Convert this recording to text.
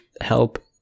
help